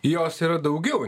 jos yra daugiau